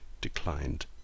declined